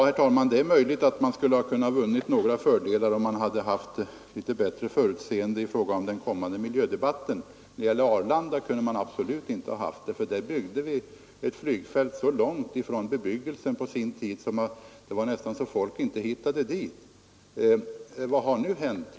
Herr talman! Det är möjligt att man skulle ha kunnat vinna några fördelar om man hade haft litet bättre förutseende i fråga om den kommande miljödebatten. Men när det gällde Arlanda kunde man absolut inte ha haft det. Där byggde vi på sin tid ett flygfält så långt från bebyggelsen att folk nästan inte hittade dit. Vad har nu hänt?